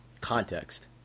context